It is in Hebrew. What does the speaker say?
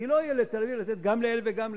כי לא יהיה לתל-אביב לתת גם לאלה וגם לאלה.